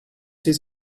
his